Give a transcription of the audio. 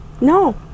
no